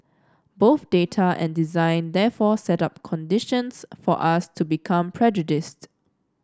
both data and design therefore set up conditions for us to become prejudiced